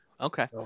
Okay